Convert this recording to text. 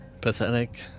pathetic